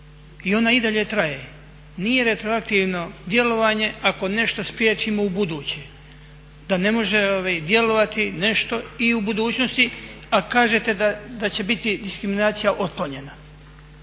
i ona i dalje traje. Nije retroaktivno djelovanje ako nešto spriječimo ubuduće, da ne može djelovati nešto i u budućnosti, a kažete da će biti diskriminacija otklonjena,